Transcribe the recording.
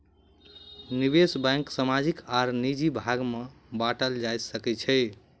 निवेश बैंक सामाजिक आर निजी भाग में बाटल जा सकै छै